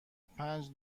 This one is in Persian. پنج